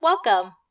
Welcome